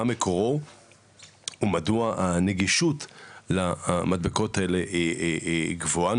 מה מקורו ומדוע הנגישות למדבקות האלה גבוהה,